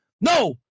no